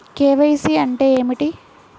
KYC అంటే ఏమిటి?